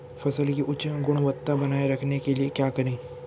फसल की उच्च गुणवत्ता बनाए रखने के लिए क्या करें?